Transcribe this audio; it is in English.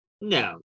No